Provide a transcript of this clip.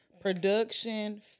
production